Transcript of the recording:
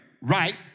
right